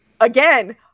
again